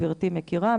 גברתי מכירה,